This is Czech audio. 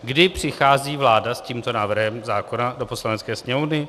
Kdy přichází vláda s tímto návrhem zákona do Poslanecké sněmovny?